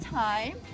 time